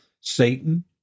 Satan